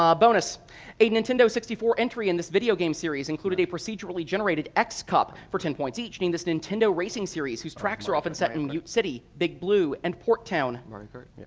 um bonus a nintendo sixty four entry in this video game series included a procedurally-generated x cup. for ten points each a. name this nintendo racing series whose tracks are often set in mute city, big blue, and port town. mario kart.